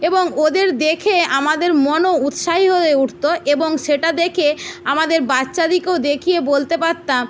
এবং ওদের দেখে আমাদের মনও উৎসাহী হয়ে উঠত এবং সেটা দেখে আমাদের বাচ্চাদেরকেও দেখিয়ে বলতে পারতাম